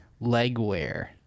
Legwear